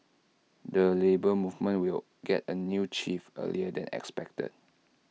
the Labour Movement will get A new chief earlier than expected